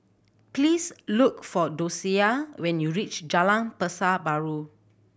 please look for Dosia when you reach Jalan Pasar Baru